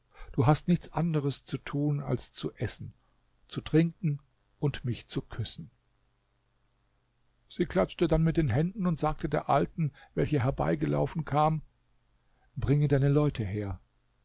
du hast nichts anderes zu tun als zu essen zu trinken und mich zu küssen sie klatschte dann mit den händen und sagte der alten welche herbeigelaufen kam bringe deine leute her